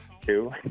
Two